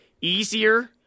easier